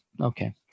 okay